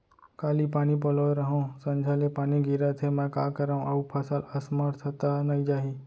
काली पानी पलोय रहेंव, संझा ले पानी गिरत हे, मैं का करंव अऊ फसल असमर्थ त नई जाही?